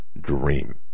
dream